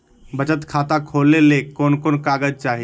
बचत खाता खोले ले कोन कोन कागज चाही?